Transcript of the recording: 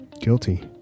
guilty